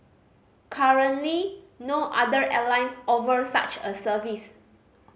currently no other airlines offer such a service